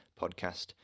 podcast